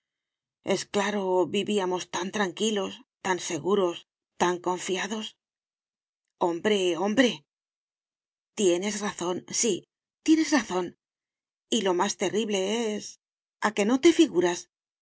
es claro vivíamos tan tranquilos tan seguros tan confiados hombre hombre tienes razón sí tienes razón y lo más terrible es a que no te figuras